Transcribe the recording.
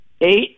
eight